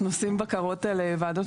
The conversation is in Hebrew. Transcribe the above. מקומיות.